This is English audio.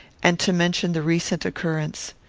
and to mention the recent occurrence.